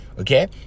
okay